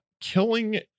killing